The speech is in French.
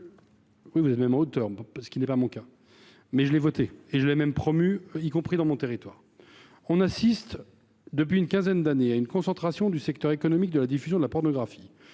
du rapport. Ce n’est certes pas mon cas, mais je l’ai voté et promu, y compris dans mon territoire. On assiste depuis une quinzaine d’années à une concentration du secteur économique de la diffusion de la pornographie.